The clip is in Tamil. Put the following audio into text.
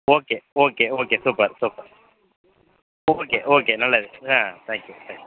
okay okay okay super super okay okay நல்லது ஆ தேங்க் யூ தேங்க் யூ